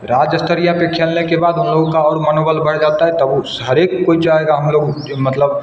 राज्य स्तरीय पर खेलने के बाद उन लोगों को और मनोबल बढ़ जाता है तब उस हर एक ही कोई चाहेगा कि हम लोग मतलब